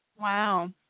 Wow